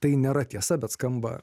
tai nėra tiesa bet skamba